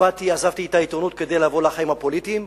עזבתי את העיתונות כדי לבוא לחיים הפוליטיים,